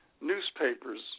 newspapers